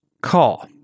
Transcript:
call